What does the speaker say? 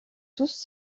tous